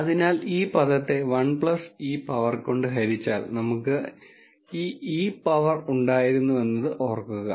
അതിനാൽ ഈ പദത്തെ 1 e പവർ കൊണ്ട് ഹരിച്ചാൽ നമുക്ക് ഈ e പവർ ഉണ്ടായിരുന്നുവെന്നത് ഓർക്കുക